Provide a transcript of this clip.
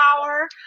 power